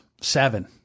seven